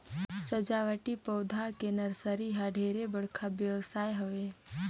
सजावटी पउधा के नरसरी ह ढेरे बड़का बेवसाय हवे